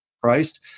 Christ